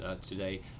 today